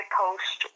post